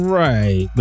right